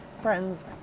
friends